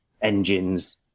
engines